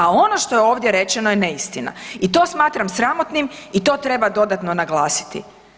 A ono što je ovdje rečeno je neistina i to smatram sramotnim i to treba dodatno naglasiti.